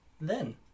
then-